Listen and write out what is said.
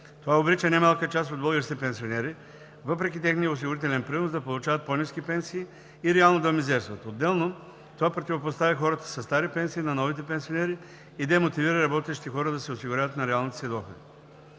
Това обрича немалка част от българските пенсионери, въпреки техния осигурителен принос, да получават по-ниски пенсии и реално да мизерстват. Отделно това противопоставя хората със стари пенсии на новите пенсионери и демотивира работещите хора да се осигуряват на реалните си доходи.